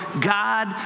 God